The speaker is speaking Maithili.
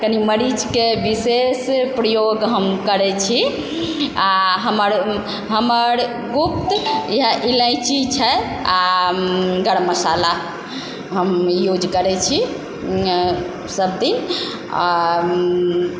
कनि मरीचके विशेष प्रयोग हम करै छी आओर हमर गुप्त इहा इलाइची छै आओर गरम मसाला हम यूज करै छी सब दिन आओर